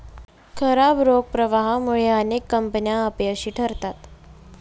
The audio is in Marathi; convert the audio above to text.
खराब रोख प्रवाहामुळे अनेक कंपन्या अपयशी ठरतात